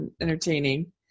entertaining